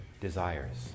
desires